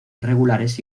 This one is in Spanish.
regulares